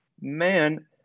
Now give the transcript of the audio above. man